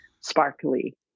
sparkly